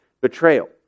betrayal